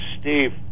Steve